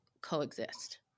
coexist